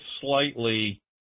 slightly